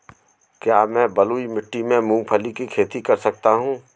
क्या मैं बलुई मिट्टी में मूंगफली की खेती कर सकता हूँ?